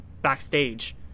backstage